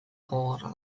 gogorra